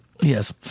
Yes